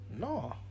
No